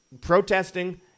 protesting